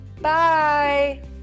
Bye